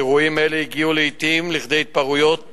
אירועים אלה הגיעו לעתים לכדי התפרעויות